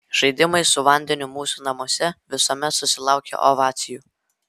žaidimai su vandeniu mūsų namuose visuomet susilaukia ovacijų